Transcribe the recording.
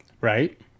Right